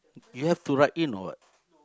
you have to write in or what